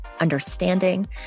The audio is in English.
understanding